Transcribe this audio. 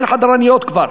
אין חדרניות כבר,